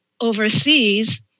overseas